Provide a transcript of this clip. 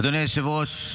אדוני היושב-ראש,